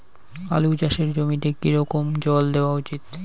আলু চাষের জমিতে কি রকম জল দেওয়া উচিৎ?